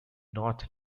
not